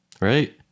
right